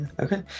Okay